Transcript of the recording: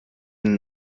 den